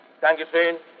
Dankeschön